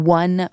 one